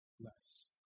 less